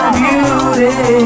beauty